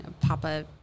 Papa